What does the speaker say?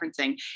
referencing